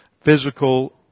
physical